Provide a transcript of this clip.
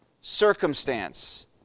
circumstance